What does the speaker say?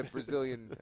Brazilian